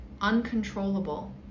uncontrollable